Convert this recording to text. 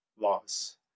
laws